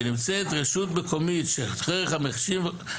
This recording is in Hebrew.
שנמצאת רשות מקומית ש- 30%,